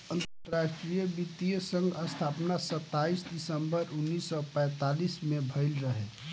अंतरराष्ट्रीय वित्तीय संघ स्थापना सताईस दिसंबर उन्नीस सौ पैतालीस में भयल रहे